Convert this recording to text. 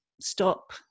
stop